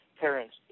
parents